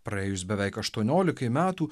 praėjus beveik aštuoniolikai metų